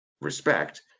respect